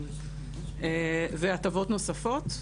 והטבות נוספות.